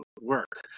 work